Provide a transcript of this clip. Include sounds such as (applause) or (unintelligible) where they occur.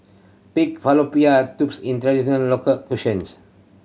pig (unintelligible) tubes is (unintelligible) local cuisines